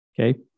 Okay